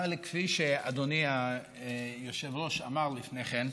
אבל כפי שאדוני היושב-ראש אמר לפני כן,